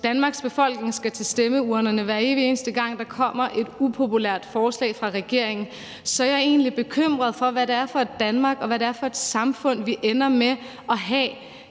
Danmarks befolkning skal til stemmeurnerne, hver evig eneste gang der kommer et upopulært forslag fra regeringen, er jeg egentlig bekymret for, hvad det er for et Danmark og hvad det er for et samfund, vi ender med at have.